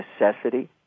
necessity